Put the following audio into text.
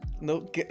No